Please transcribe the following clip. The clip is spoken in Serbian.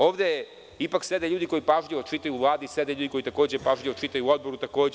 Ovde ipak sede ljudi koji pažljivo čitaju, u Vladi sede ljudi koji takođe pažljivo čitaju, u odboru takođe.